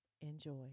enjoy